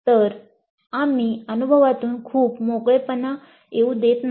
तर आम्ही अनुभवातून खूप मोकळेपणा येऊ देत नाही